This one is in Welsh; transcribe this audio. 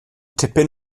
tipyn